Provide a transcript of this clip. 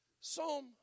Psalm